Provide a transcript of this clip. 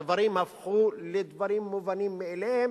הדברים הפכו לדברים מובנים מאליהם,